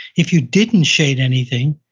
if you didn't shade anything,